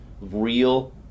real